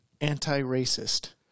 anti-racist